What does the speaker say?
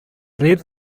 led